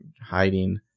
hiding